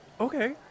Okay